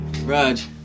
Raj